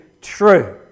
true